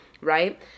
right